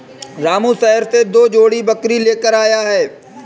रामू शहर से दो जोड़ी बकरी लेकर आया है